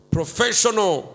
Professional